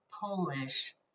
Polish